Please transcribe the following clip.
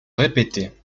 répétées